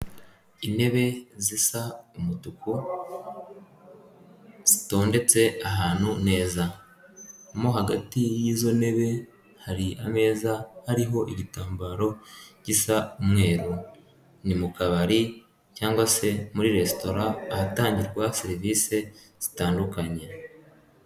Intebe zisa umutuku, zitondetse ahantu neza. Mo hagati y'izo ntebe hari ameza hariho igitambaro gisa umweru. Ni mu kabari cyangwa se muri resitora ahatangirwa serivisi zitandukanye.